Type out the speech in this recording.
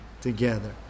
together